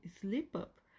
slip-up